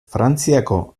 frantziako